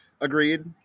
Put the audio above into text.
Agreed